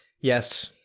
Yes